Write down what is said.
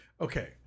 Okay